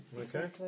Okay